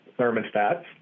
thermostats